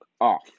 off